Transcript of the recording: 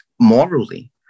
Morally